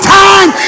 time